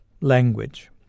language